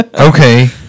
Okay